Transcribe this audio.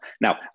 Now